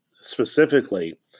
specifically